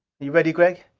you ready, gregg?